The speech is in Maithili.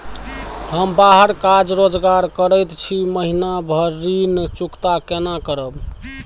हम बाहर काज रोजगार करैत छी, महीना भर ऋण चुकता केना करब?